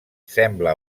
sembla